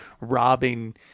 robbing